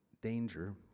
danger